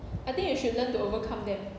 I think you should learn to overcome them